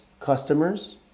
customers